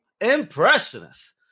impressionist